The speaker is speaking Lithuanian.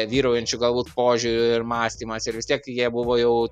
vyraujančiu galbūt požiūr ir mąstymas ir vis tiek jie buvo jau